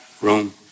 room